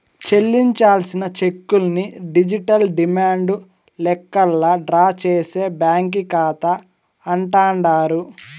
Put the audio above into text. చెల్లించాల్సిన చెక్కుల్ని digital demand లెక్కల్లా డ్రా చేసే బ్యాంకీ కాతా అంటాండారు